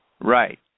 Right